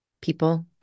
people